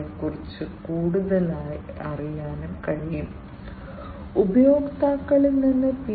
നിങ്ങൾക്ക് DTS Bosch Honeywell OMEGA എന്നിവയുണ്ട് ഇവ സാധാരണ സെൻസർ നിർമ്മാതാക്കളിൽ ചിലതാണ്